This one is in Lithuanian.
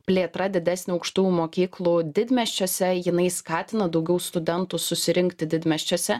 plėtra didesnė aukštųjų mokyklų didmiesčiuose jinai skatina daugiau studentų susirinkti didmiesčiuose